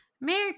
Merry